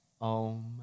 Om